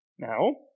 Now